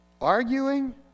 Arguing